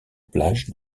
plage